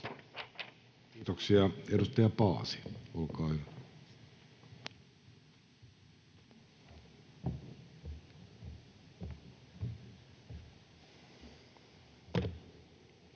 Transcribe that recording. Kiitoksia. — Edustaja Paasi, olkaa hyvä. Arvoisa